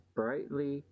brightly